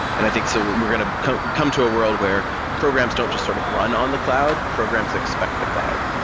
and i think so we're going to become come to a world where programs don't just sort of run on the cloud, programs expect the cloud.